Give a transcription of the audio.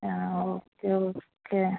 ആ okay okay